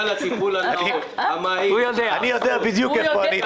אני יודע בדיוק איפה אני.